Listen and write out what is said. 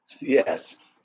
Yes